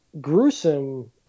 gruesome